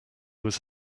was